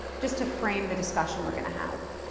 just to frame the discussion we're going to have.